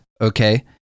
okay